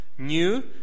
new